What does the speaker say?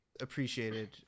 appreciated